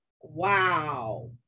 wow